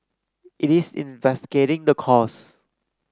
it is investigating the cause